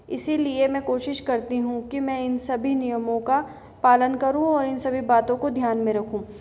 इसलिए मैं कोशिश करती हूँ कि मैं इन सभी नियमों का पालन करूँ और इन सभी बातों को ध्यान में रखूँ